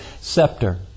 scepter